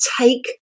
Take